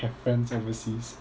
I have friends overseas